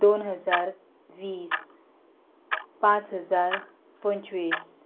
दोन हजार वीस पांच हजार पंचवीस